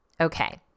Okay